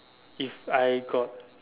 if I got